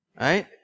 right